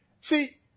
See